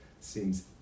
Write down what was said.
seems